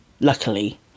luckily